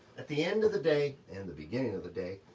at the end of the day, and the beginning of the day,